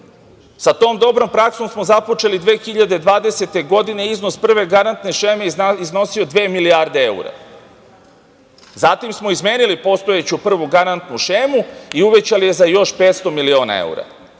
Sa tom dobrom praksom smo započeli 2020. godine, iznos prve garantne šeme iznosio je dve milijarde evra. Zatim smo izmenili postojeću prvu garantnu šemu i uvećali je za još 500 miliona